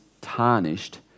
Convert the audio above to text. tarnished